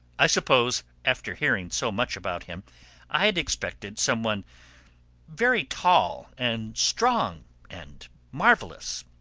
i suppose after hearing so much about him i had expected some one very tall and strong and marvelous.